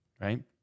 right